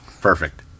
Perfect